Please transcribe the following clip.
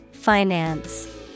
Finance